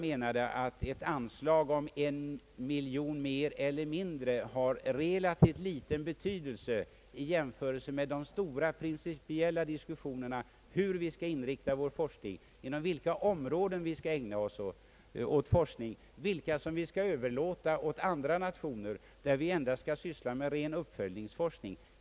En miljon mer eller mindre har relativt liten betydelse i jämförelse med de stora principiella diskussionerna om hur vi skall inrikta vår forskning, inom vilka områden forskning skall bedrivas, vilka områden vi skall överlåta åt andra nationer att forska i och inom vilka vi således endast skall syssla med ren uppföljningsforskning.